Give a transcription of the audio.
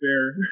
fair